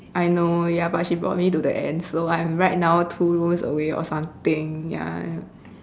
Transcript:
I know ya but she brought me to the end so I am right now two rooms away or something ya